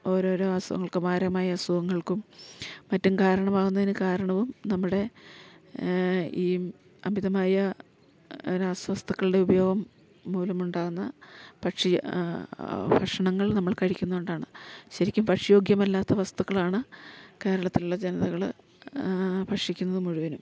ഓരോരോ അസുഖങ്ങൾക്കും മാരകമായ അസുഖങ്ങൾക്കും മറ്റും കാരണമാകുന്നതിന് കാരണവും നമ്മുടെ ഈ അമിതമായ രാസവസ്തുക്കളുടെ ഉപയോഗം മൂലമുണ്ടാകുന്ന പക്ഷി ഭക്ഷണങ്ങൾ നമ്മൾ കഴിക്കുന്നത് കൊണ്ടാണ് ശരിക്കും ഭക്ഷ്യയോഗ്യമല്ലാത്ത വസ്തുക്കളാണ് കേരളത്തിലുള്ള ജനതകള് ഭക്ഷിക്കുന്നത് മുഴുവനും